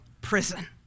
prison